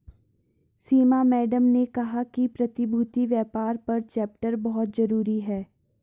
सीमा madam ने कहा कि प्रतिभूति व्यापार का चैप्टर बहुत जरूरी है